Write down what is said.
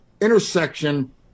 intersection